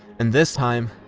and this time,